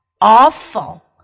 Awful